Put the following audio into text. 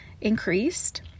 increased